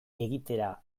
egitera